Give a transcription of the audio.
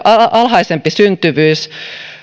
alhaisempi syntyvyys